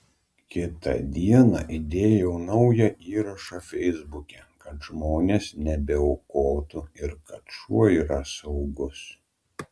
kitą dieną įdėjau naują įrašą feisbuke kad žmonės nebeaukotų ir kad šuo yra saugus